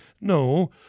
No